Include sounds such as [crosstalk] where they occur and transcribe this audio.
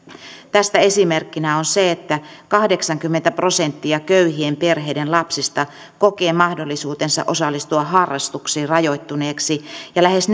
tästä esimerkkinä on se että kahdeksankymmentä prosenttia köyhien perheiden lapsista kokee mahdollisuutensa osallistua harrastuksiin rajoittuneeksi ja lähes [unintelligible]